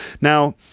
Now